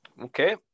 Okay